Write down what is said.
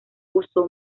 uso